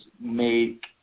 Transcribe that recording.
make